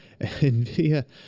Nvidia